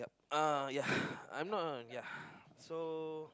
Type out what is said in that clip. uh ya I'm not on ya so